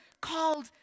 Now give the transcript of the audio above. called